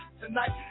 tonight